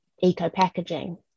eco-packaging